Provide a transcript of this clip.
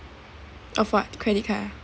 of what credit card ah